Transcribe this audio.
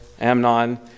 Amnon